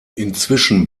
inzwischen